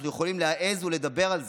אנחנו יכולים להעז ולדבר על זה,